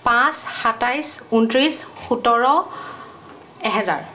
পাঁচ সাতাইছ উনত্ৰিশ সোতৰ এহেজাৰ